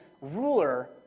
ruler